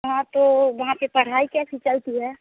हाँ तो वहाँ पर पढ़ाई कैसी चलती है